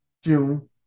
June